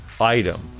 item